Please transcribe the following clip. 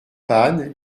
panne